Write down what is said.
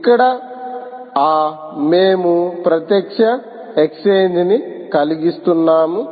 ఇక్కడ అ మేము ప్రత్యక్ష ఎక్స్ఛేంజ్ ని కలిగిస్తున్నాను